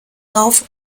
rauf